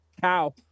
Cow